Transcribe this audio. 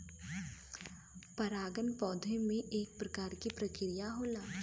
परागन पौधन में एक प्रकार क प्रक्रिया होला